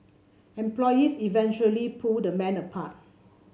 employees eventually pulled the men apart